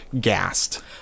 gassed